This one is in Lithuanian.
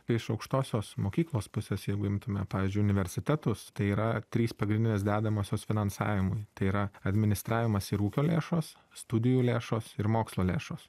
tai iš aukštosios mokyklos pusės jeigu imtume pavyzdžiui universitetus tai yra trys pagrindinės dedamosios finansavimui tai yra administravimas ir ūkio lėšos studijų lėšos ir mokslo lėšos